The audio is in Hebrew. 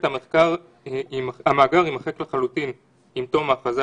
הממשלה תממן חומרה ייעודית כך שתוצע בלא תשלום למשתמשים